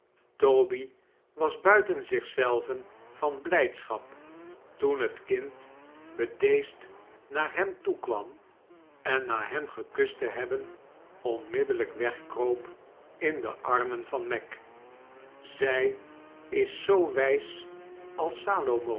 toby was buiten zioh zelven van blijdschap toen het kind bedeesd naar hem toekwam en na hem gekust te hebben ommiddellijk wegkroop in de armen van meg zij is zoo wijs als